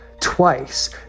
twice